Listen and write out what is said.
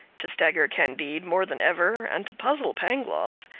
to stagger candide more than ever, and to puzzle pangloss,